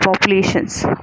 populations